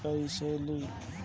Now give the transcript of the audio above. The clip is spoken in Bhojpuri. लोन कईसे ली?